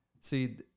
see